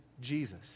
Jesus